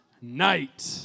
Night